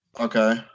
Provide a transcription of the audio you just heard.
Okay